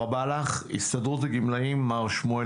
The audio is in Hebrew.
יש נציג מהסתדרות הגמלאים או מעמותת כן לזקן?